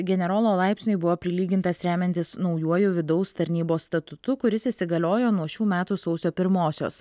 generolo laipsniui buvo prilygintas remiantis naujuoju vidaus tarnybos statutu kuris įsigaliojo nuo šių metų sausio pirmosios